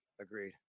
Agreed